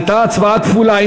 הייתה הצבעה כפולה.